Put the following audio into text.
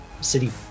city